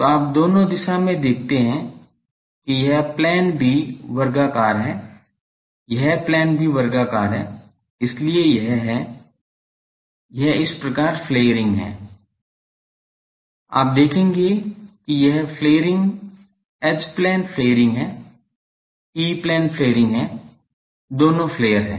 तो आप दोनों दिशा में देखते हैं कि यह प्लेन भी वर्गाकार है यह प्लेन भी वर्गाकार है इसलिए यह है यह इस प्रकार फ्लेयरिंग है आप देखेंगे कि यह फ्लेयरिंग एच प्लेन फ्लेयरिंग है E प्लेन फ्लेयरिंग है दोनों फ्लेयर हैं